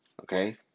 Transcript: okay